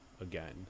again